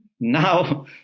Now